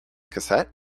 cassette